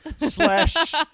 slash